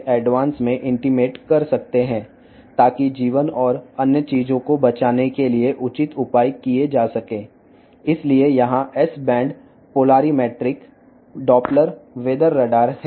కాబట్టి ప్రాణాలను మరియు ఇతర వస్తువులను కాపాడటానికి సరైన చర్యలు తీసుకోవచ్చు ఇక్కడ ఇస్రో మరియు బెల్ సంస్థ చేత తయారు చేయబడిన ఎస్ బ్యాండ్ పోలారిమెట్రిక్ డాప్లర్ వాతావరణ రాడార్ ఉంది